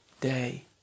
day